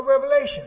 Revelation